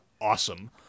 awesome